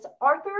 Arthur